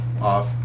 off